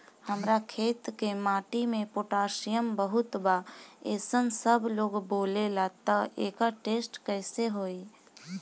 हमार खेत के माटी मे पोटासियम बहुत बा ऐसन सबलोग बोलेला त एकर टेस्ट कैसे होई?